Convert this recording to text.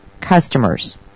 customers